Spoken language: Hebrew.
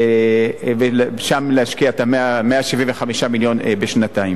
ושם להשקיע את 175 המיליון בשנתיים.